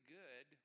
good